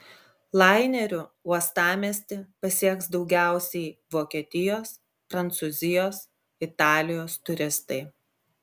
laineriu uostamiestį pasieks daugiausiai vokietijos prancūzijos italijos turistai